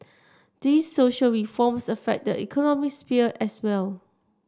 these social reforms affect the economic sphere as well